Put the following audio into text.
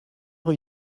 rue